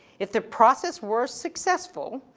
if the process were successful,